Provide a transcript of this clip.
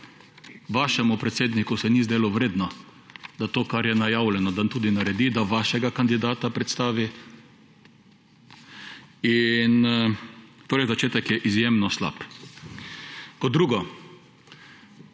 Vašemu predsedniku se ni zdelo vredno, da to kar je najavljeno, da tudi naredi, da vašega kandidata predstavi. Torej, začetek je izjemno slab. Kot drugo,